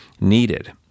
needed